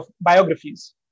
biographies